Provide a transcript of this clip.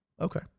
Okay